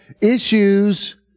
issues